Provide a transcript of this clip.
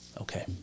Okay